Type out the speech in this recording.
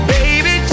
Baby